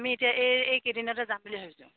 আমি এতিয়া এই কেইদিনতে যাম বুলি ভাবিছোঁ